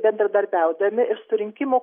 bendradarbiaudami ir su rinkimų